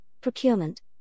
procurement